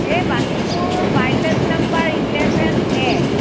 এই Banipur bylane number eleven এ